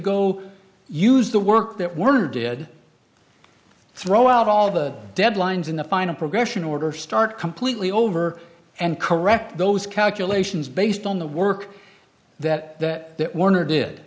go use the work that were did throw out all of the deadlines in the final progression order start completely over and correct those calculations based on the work that that warner did